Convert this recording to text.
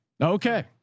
Okay